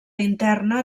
interna